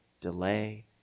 delay